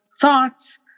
thoughts